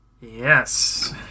yes